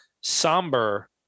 somber